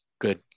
good